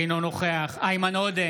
אינו נוכח איימן עודה,